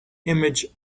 image